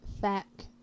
fact